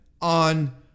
on